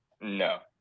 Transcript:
No